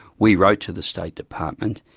we wrote to the state department,